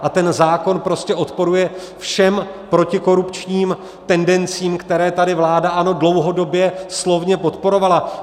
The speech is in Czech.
A ten zákon prostě odporuje všem protikorupčním tendencím, které tady vláda ANO dlouhodobě slovně podporovala.